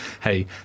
Hey